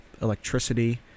electricity